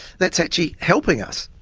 that's actually helping us.